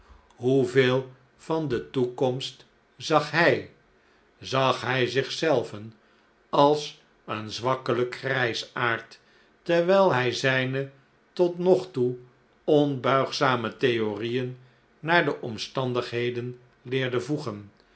hoeveel van de toekomst zag hij zag hij zich zelven als een zwakkelijk grijsaard terwijl hij zijne tot nog toe onbuigzame theorieen naar de omstandigheden leerde voegen